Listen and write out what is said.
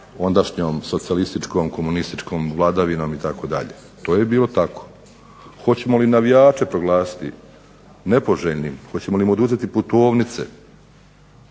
ondašnjom socijalističkom, komunističkom vladavinom itd. To je bilo tako. Hoćemo li navijače proglasiti nepoželjnim? Hoćemo li im oduzeti putovnice?